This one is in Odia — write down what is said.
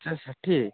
ପଚାଶ ଷାଠିଏ